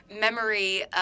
memory